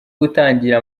gutangira